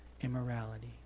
immorality